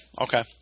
Okay